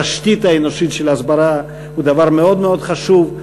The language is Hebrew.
התשתית האנושית של ההסברה היא דבר מאוד מאוד חשוב,